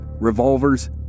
revolvers